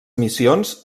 missions